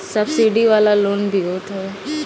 subsidy वाला loan भी होत हवे